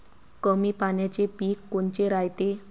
कमी पाण्याचे पीक कोनचे रायते?